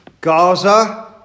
Gaza